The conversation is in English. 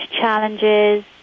challenges